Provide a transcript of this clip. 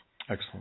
Excellent